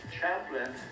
chaplain